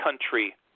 country